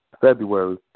February